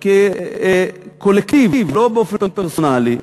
כקולקטיב, לא באופן פרסונלי,